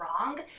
wrong